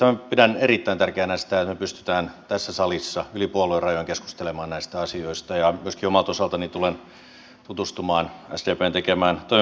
minä pidän erittäin tärkeänä sitä että me pystymme tässä salissa yli puoluerajojen keskustelemaan näistä asioista ja myöskin omalta osaltani tulen tutustumaan sdpn tekemään toimenpideohjelmaan